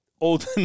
old